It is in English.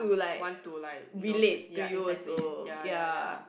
want to like you know exactly ya ya ya